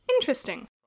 interesting